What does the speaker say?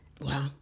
wow